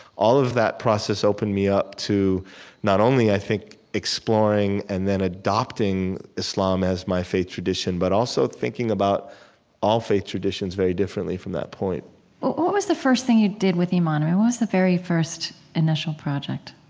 all of that process opened me up to not only, i think, exploring and then adopting islam as my faith tradition, but also thinking about all faith traditions very differently from that point what what was the first thing you did with iman? um what was the very first initial project?